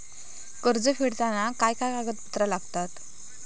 कर्ज फेडताना काय काय कागदपत्रा लागतात?